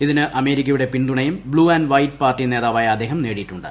ഇതിന് അമേരിക്കയുടെ പിൻതുണയും ബ്ലൂ ആൻ്റ് വൈറ്റ് പാർട്ടി നേതാവായ അദ്ദേഹം നേടിയിട്ടുണ്ട്